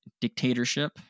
dictatorship